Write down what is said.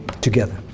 together